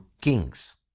kings